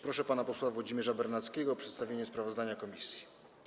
Proszę pana posła Włodzimierza Bernackiego o przedstawienie sprawozdania komisji.